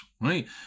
Right